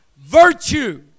Virtue